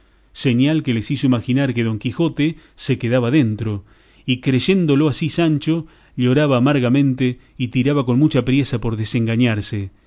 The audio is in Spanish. señal que les hizo imaginar que don quijote se quedaba dentro y creyéndolo así sancho lloraba amargamente y tiraba con mucha priesa por desengañarse